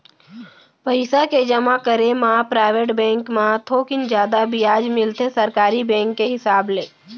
पइसा के जमा करे म पराइवेट बेंक म थोकिन जादा बियाज मिलथे सरकारी बेंक के हिसाब ले